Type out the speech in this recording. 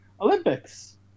Olympics